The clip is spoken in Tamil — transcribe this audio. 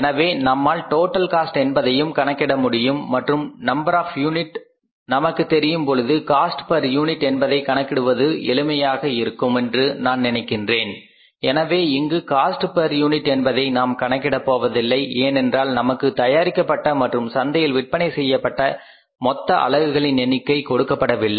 எனவே நம்மால் டோட்டல் காஸ்ட் என்பதையும் கணக்கிட முடியும் மற்றும் நம்பர் ஆப் யூனிட் நமக்குத் தெரியும் பொழுது காஸ்ட் பர் யூனிட் என்பதை கணக்கிடுவது எளிமையாக இருக்குமென்று நான் நினைக்கின்றேன் எனவே இங்கு காஸ்ட் பர் யூனிட் என்பதை நாம் கணக்கிட போவதில்லை ஏனென்றால் நமக்கு தயாரிக்கப்பட்ட மற்றும் சந்தையில் விற்பனை செய்யப்பட்ட மொத்த அலகுகளின் எண்ணிக்கை கொடுக்கப்படவில்லை